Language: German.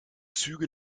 züge